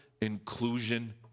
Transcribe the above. inclusion